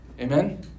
Amen